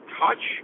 touch